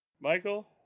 Michael